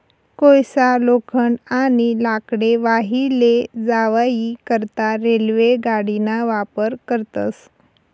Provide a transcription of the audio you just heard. कोयसा, लोखंड, आणि लाकडे वाही लै जावाई करता रेल्वे गाडीना वापर करतस